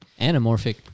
anamorphic